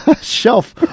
shelf